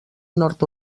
nord